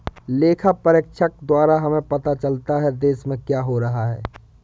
लेखा परीक्षक द्वारा हमें पता चलता हैं, देश में क्या हो रहा हैं?